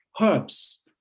herbs